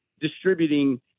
distributing